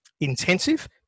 intensive